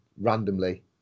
randomly